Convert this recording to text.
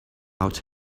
out